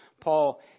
Paul